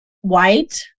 white